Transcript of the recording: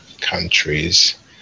countries